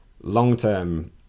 long-term